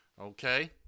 Okay